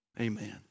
Amen